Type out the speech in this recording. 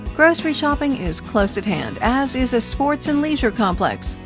grocery shopping is close at hand, as is a sports and leisure complex.